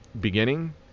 beginning